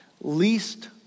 least